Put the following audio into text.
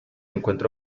encuentra